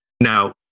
Now